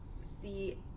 see